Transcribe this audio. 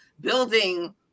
building